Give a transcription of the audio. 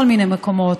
בכל מיני מקומות,